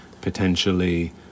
potentially